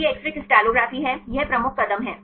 तो यह x ray crystallography है यह प्रमुख कदम है